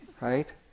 right